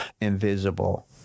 invisible